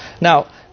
Now